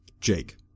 Jake